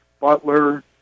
Butler